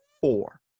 four